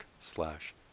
slash